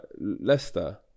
Leicester